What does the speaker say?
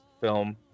film